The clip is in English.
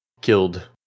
killed